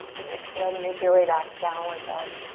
and exhale to make your way back, downward dog.